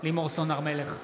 לימור סון הר מלך,